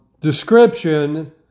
description